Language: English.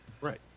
Right